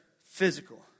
physical